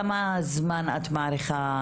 כמה זמן את מעריכה